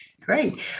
Great